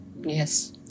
Yes